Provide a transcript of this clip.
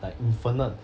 like infinite